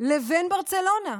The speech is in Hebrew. לבין ברצלונה,